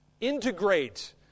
Integrate